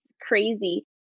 crazy